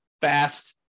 fast